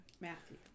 Matthew